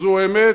זו אמת?